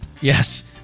Yes